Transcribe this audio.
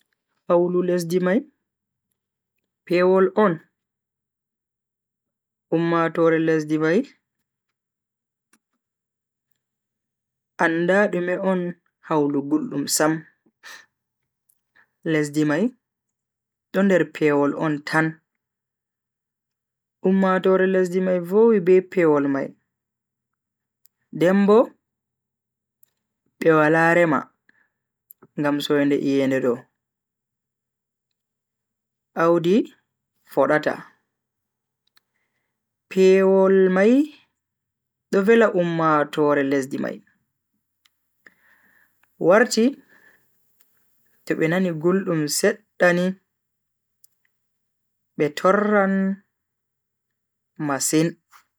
Hawlu lesdi mai pewol on. ummatoore lesdi mai anda dume on hawlu guldum Sam, lesdi mai do nder pewol on tan. ummatoore lesdi mai vowi be pewol mai den Bo be Wala rema ngam soinde iyende do, Audi fodata. pewol mai do vela ummatoore lesdi mai warti to be nani guldum sedda ni be torran masin.